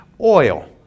oil